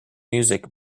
music